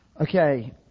Okay